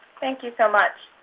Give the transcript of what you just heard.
thank you so much.